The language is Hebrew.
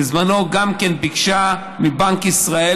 גם כן ביקשה בזמנו מבנק ישראל,